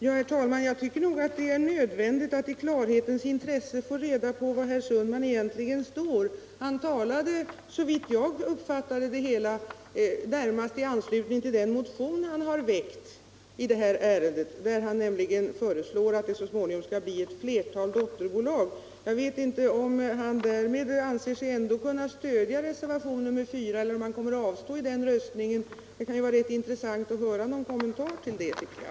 Herr talman! Jag tycker nog det är nödvändigt att i klarhetens intresse få reda på var herr Sundman egentligen står. Han talade, såvitt jag uppfattade det hela, närmast i anslutning till den motion han väckt i detta ärende, där han föreslår att det så småningom skall bildas ett flertal dotterbolag. Jag vet inte om han ändå anser sig kunna stödja reservationen 4 eller om han kommer att avstå vid den omröstningen. Det kan vara intressant med en kommentar till detta.